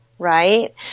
right